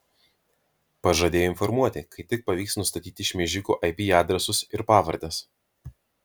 pažadėjo informuoti kai tik pavyks nustatyti šmeižikų ip adresus ir pavardes